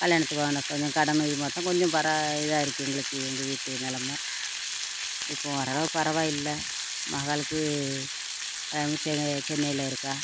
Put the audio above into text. கல்யாணத்துக்கு வாங்கின கொஞ்சம் கடனும் இது மாதிரி தான் கொஞ்சம் பரவா இதாக இருக்குது எங்களுக்கு எங்கள் வீட்டு நிலம இப்போ ஓரளவுக்கு பரவாயில்லை மகளுக்கு கல்யாணம் முடித்து சென்னை சென்னையில் இருக்கா